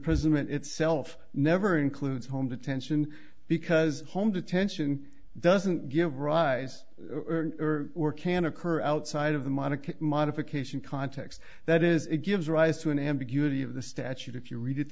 imprisonment itself never includes home detention because home detention doesn't give rise or can occur outside of the monica modification context that is it gives rise to an ambiguity of the statute if you read it